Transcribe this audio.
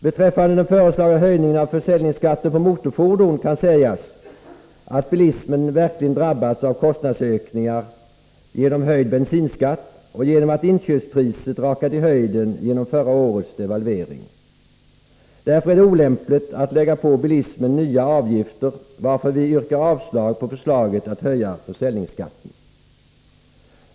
Beträffande den föreslagna höjningen av försäljningsskatten på motorfordon kan sägas att bilismen verkligen drabbas av kostnadsökningar genom höjd bensinskatt och genom att inköpspriset rakat i höjden genom förra årets devalvering. Därför är det olämpligt att lägga på bilismen nya avgifter, och vi yrkar avslag på förslaget att höja försäljningsskatten.